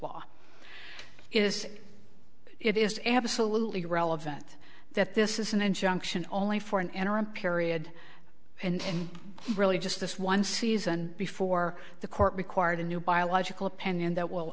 law is it is absolutely relevant that this is an injunction only for an interim period and really just this one season before the court required a new biological opinion that will